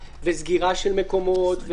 סגירה של מקומות,